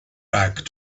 back